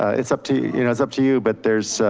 ah it's up to you, you know, it's up to you, but there's